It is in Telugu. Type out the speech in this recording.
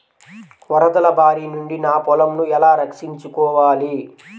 వరదల భారి నుండి నా పొలంను ఎలా రక్షించుకోవాలి?